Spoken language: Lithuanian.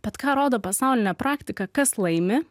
bet ką rodo pasaulinė praktika kas laimi